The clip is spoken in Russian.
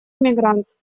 иммигрант